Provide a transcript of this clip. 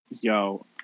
yo